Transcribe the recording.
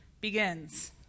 begins